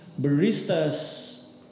Baristas